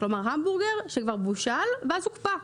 כלומר המבורגר שכבר בושל ואז הוקפא.